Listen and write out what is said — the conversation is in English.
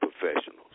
professionals